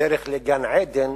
הדרך לגן-עדן